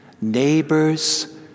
neighbors